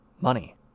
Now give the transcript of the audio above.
money